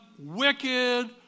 wicked